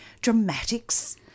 dramatics